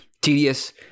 tedious